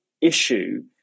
issue